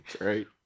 right